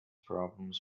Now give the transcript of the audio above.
problems